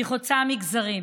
היא חוצה מגזרים